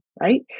right